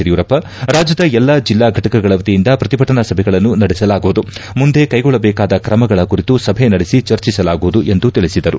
ಯಡಿಯೂರಪ್ಪ ರಾಜ್ಯದ ಎಲ್ಲಾ ಜಿಲ್ಲಾ ಫಟಕಗಳ ವತಿಯಿಂದ ಪ್ರತಿಭಟನಾ ಸಭೆಗಳನ್ನು ನಡೆಸಲಾಗುವುದು ಮುಂದೆ ಕೈಗೊಳ್ಳಬೇಕಾದ ಕ್ರಮಗಳ ಕುರಿತು ಸಭೆ ನಡೆಸಿ ಚರ್ಚಿಸಲಾಗುವುದು ಎಂದು ತಿಳಿಸಿದರು